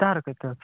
ତା'ର କେତେ ଅଛି